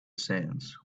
sands